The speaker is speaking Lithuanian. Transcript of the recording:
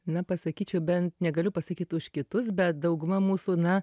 na pasakyčiau bent negaliu pasakyt už kitus bet dauguma mūsų na